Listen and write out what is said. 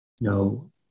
no